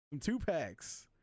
Two-packs